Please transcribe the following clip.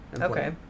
Okay